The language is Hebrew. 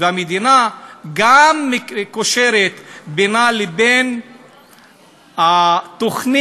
והמדינה גם קושרת בינה לבין התוכנית,